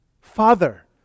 Father